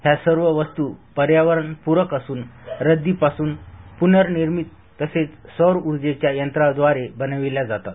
ह्या सर्व वस्तू पर्यावरण पूरक असून रद्दी पासून पुननिर्मित तसेच सौर ऊर्जेच्या यंत्राद्वारे बनवल्या जातात